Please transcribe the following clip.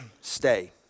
Stay